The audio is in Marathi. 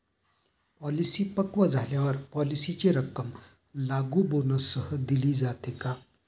पॉलिसी पक्व झाल्यावर पॉलिसीची रक्कम लागू बोनससह दिली जाते का?